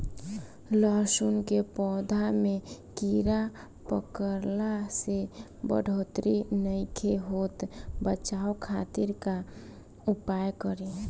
लहसुन के पौधा में कीड़ा पकड़ला से बढ़ोतरी नईखे होत बचाव खातिर का उपाय करी?